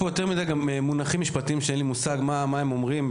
יש פה יותר מדיי מונחים משפטיים שאין לי מושג מה הם אומרים,